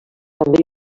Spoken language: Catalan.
també